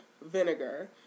vinegar